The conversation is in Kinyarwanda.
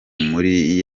muri